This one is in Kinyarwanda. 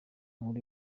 nkuru